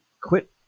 quit